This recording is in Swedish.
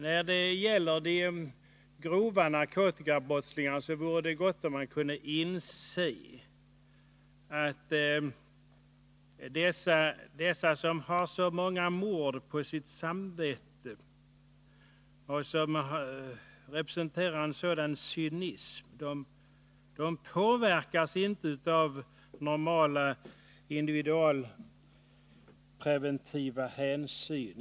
När det gäller de grova narkotikabrottslingarna vore det gott om man kunde inse att dessa som har så många mord på sitt samvete och som representerar en sådan cynism påverkas inte av normala individualpreventiva hänsyn.